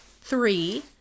three